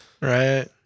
right